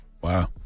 Wow